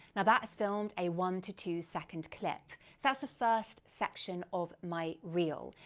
now that has filmed a one to two-second clip. so that's the first section of my reel.